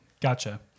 Gotcha